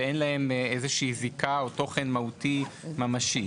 ואין להן איזו שהיא זיקה או תוכן מהותי ממשי.